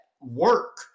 work